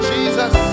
Jesus